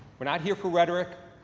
we're not here for rhetoric,